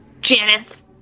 Janice